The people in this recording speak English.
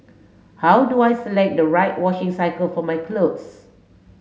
how do I select the right washing cycle for my clothes